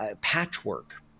patchwork